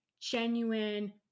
genuine